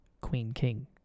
Queen-King